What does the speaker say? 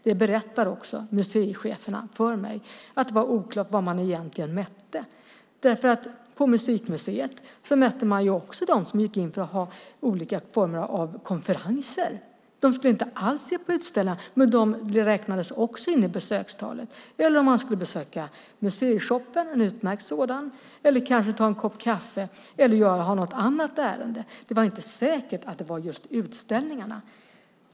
Det berättar också museicheferna för mig. Det var oklart vad man egentligen mätte. På Musikmuseet mätte man också dem som gick in för att ha olika former av konferenser. De skulle inte alls se på utställningar, men räknades också in i besökstalet. Det gällde också om man skulle besöka museishoppen, en utmärkt sådan, eller kanske ta en kopp kaffe eller uträtta något annat ärende. Det var inte säkert att det gällde just utställningarna.